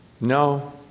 No